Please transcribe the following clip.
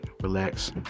relax